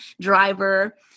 driver